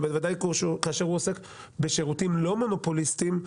בוודאי כשהוא עוסק בשירותים לא מונופוליסטיים,